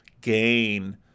gain